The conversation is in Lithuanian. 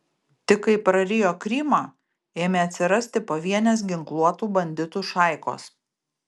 tik kai prarijo krymą ėmė atsirasti pavienės ginkluotų banditų šaikos